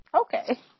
Okay